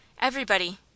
Everybody